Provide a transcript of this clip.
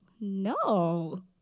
no